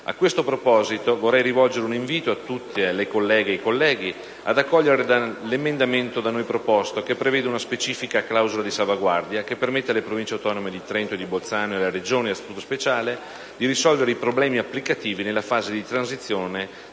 A questo proposito vorrei rivolgere un invito a tutte le colleghe e i colleghi ad accogliere l'emendamento da noi proposto, che prevede una specifica clausola di salvaguardia che permette alle Province autonome di Trento e di Bolzano e alle Regioni a Statuto speciale di risolvere i problemi applicativi nella fase di transizione